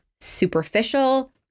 superficial